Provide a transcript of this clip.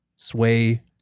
sway